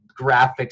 graphics